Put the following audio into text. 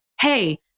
hey